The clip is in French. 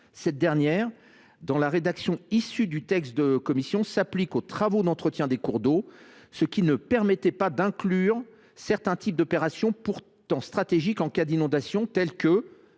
Cette dernière, dans la rédaction issue des travaux de la commission, s’applique aux « travaux d’entretien des cours d’eau », ce qui ne permet pas d’inclure certains types d’opérations pourtant stratégiques en cas d’inondations telles que